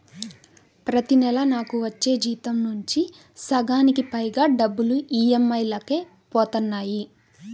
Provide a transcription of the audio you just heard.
ప్రతి నెలా నాకు వచ్చిన జీతం నుంచి సగానికి పైగా డబ్బులు ఈ.ఎం.ఐ లకే పోతన్నాయి